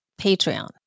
Patreon